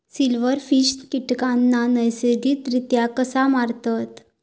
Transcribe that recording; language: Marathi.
सिल्व्हरफिश कीटकांना नैसर्गिकरित्या कसा मारतत?